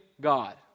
God